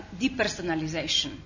depersonalization